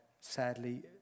sadly